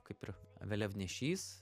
kaip ir vėliavnešys